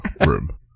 room